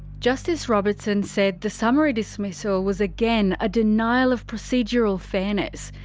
justice robertson said the summary dismissal was again a denial of procedural fairness.